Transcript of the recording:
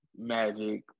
Magic